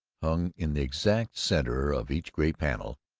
hung in the exact center of each gray panel,